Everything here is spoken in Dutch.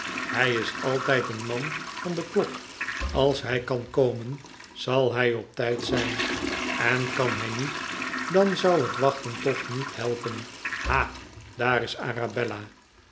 hij is altijd een man van de klok als hij kan komen zal hij op tijd zijn en kan hij niet dan zou het wachten toch niet helpen ha daar is arabella